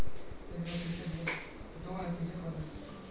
retained earning बिज्नेसेर शेयरधारकोक लाभांस दुआर बाद जेला बचोहो उला आएर पैसा छे